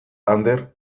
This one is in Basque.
ander